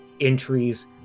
entries